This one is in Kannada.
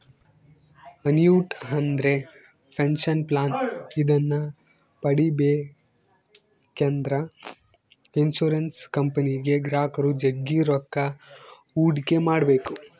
ಅನ್ಯೂಟಿ ಅಂದ್ರೆ ಪೆನಷನ್ ಪ್ಲಾನ್ ಇದನ್ನ ಪಡೆಬೇಕೆಂದ್ರ ಇನ್ಶುರೆನ್ಸ್ ಕಂಪನಿಗೆ ಗ್ರಾಹಕರು ಜಗ್ಗಿ ರೊಕ್ಕ ಹೂಡಿಕೆ ಮಾಡ್ಬೇಕು